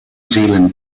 zealand